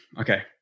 Okay